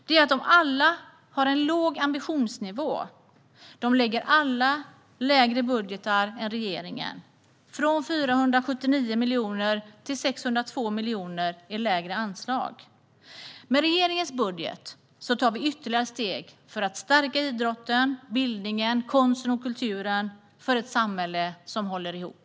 De har alla en låg ambitionsnivå. Alla lägger fram lägre budgetar än regeringen - det är från 479 miljoner till 602 miljoner i lägre anslag. Med regeringens budget tar vi ytterligare steg för att stärka idrotten, bildningen, konsten och kulturen - för ett samhälle som håller ihop.